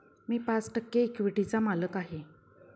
मी पाच टक्के इक्विटीचा मालक आहे